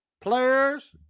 Players